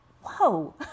whoa